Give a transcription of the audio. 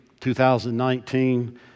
2019